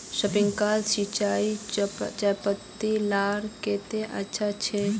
Sprinkler सिंचाई चयपत्ति लार केते अच्छा होचए?